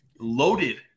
loaded